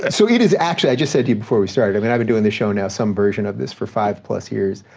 so it is actually, i just said to you before we started, i mean i've been doing this show now, some version of this, for five plus years.